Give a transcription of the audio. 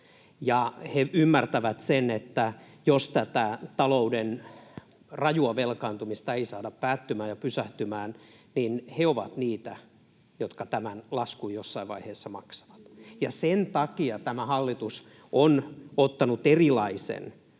he ymmärtävät sen, että jos tätä talouden rajua velkaantumista ei saada päättymään ja pysähtymään, he ovat niitä, jotka tämän laskun jossain vaiheessa maksavat. Sen takia tämä hallitus on ottanut erilaisen